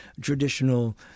traditional